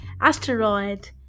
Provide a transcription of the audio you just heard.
Asteroid